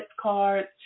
cards